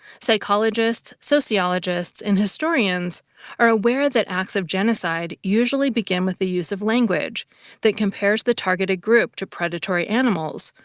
psychologists, sociologists, and historians are aware that acts of genocide usually begin with the use of language that compares the targeted group to predatory animals,